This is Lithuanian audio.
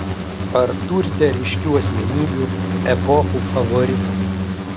ar turite ryškių asmenybių epochų favoritų